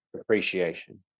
appreciation